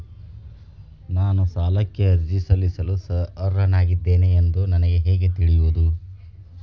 ನಾನು ಸಾಲಕ್ಕೆ ಅರ್ಜಿ ಸಲ್ಲಿಸಲು ಅರ್ಹನಾಗಿದ್ದೇನೆ ಎಂದು ನನಗೆ ಹೇಗೆ ತಿಳಿಯುವುದು?